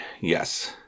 yes